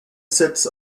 sits